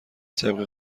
طبق